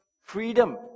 freedom